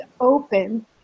open